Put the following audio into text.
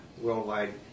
worldwide